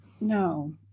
no